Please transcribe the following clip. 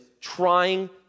trying